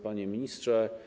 Panie Ministrze!